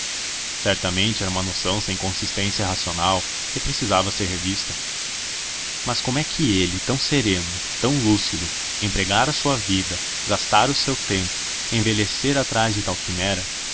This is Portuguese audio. certamente era uma noção sem consistência racional e precisava ser revista mas como é que ele tão sereno tão lúcido empregara sua vida gastara o seu tempo envelhecera atrás de tal quimera